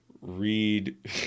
read